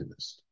activist